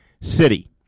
city